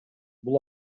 бул